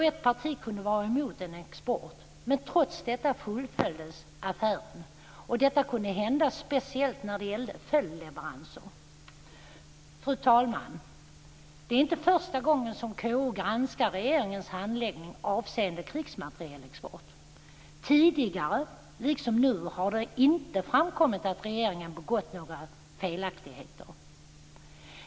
Ett parti kunde vara mot en export men trots det fullföljdes affären. Detta kunde hända speciellt när det gällde följdleveranser. Fru talman! Det är inte första gången KU granskar regeringens handläggning avseende krigsmaterielexport. Varken tidigare eller nu har det framkommit att regeringen begått några felaktigheter.